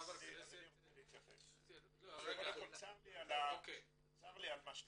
צר לי על מה שאמרת.